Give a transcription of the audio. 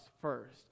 first